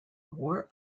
war